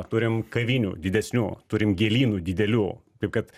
turim kavinių didesnių turim gėlynų didelių taip kad